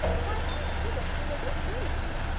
why, anne, you don't seem a bit pleased!